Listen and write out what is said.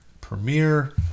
premiere